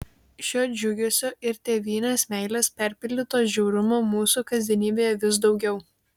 šio džiugesio ir tėvynės meilės perpildyto žiaurumo mūsų kasdienybėje vis daugiau